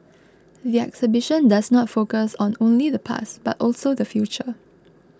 the exhibition does not focus on only the past but also the future